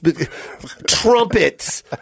trumpets